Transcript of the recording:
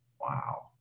Wow